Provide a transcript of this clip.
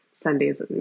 Sundays